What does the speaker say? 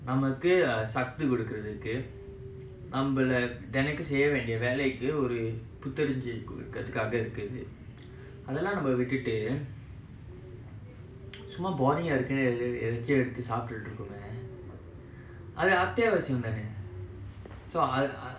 நமக்குசக்திகொடுக்குறதுக்குநம்மளதென்னைக்குசெய்யவேண்டியவேலைக்குஒருபுத்துணர்ச்சிகொடுக்குறதுக்காகஇருக்குதுஅதெல்லாம்விட்டுட்டுசும்மா:namakku sakthi kodukurathuku namma thanaiku seyya vendia velaiku oru puthunarchi kodukurathukaga irukuthu adhellam vitutu summa boring ah இருக்குனுஎதையோஎடுத்துசாப்டுட்டுருக்கோமேஅதுஅத்தியாவசியம்தானே:irukkunu edhayo eduthutu saptuturukome adhu athiyavasiyamthane